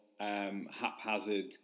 Haphazard